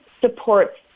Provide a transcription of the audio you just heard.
supports